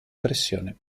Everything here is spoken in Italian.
pressione